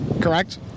correct